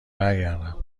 برگردم